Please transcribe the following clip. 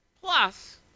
Plus